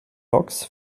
loks